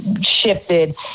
shifted